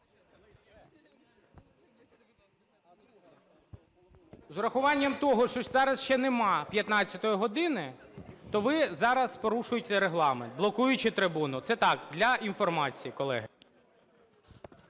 З урахуванням того, що зараз ще нема 15 години, то ви зараз порушуєте Регламент, блокуючи трибуну. Це так для інформації, колеги.